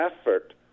effort